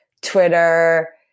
Twitter